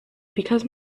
because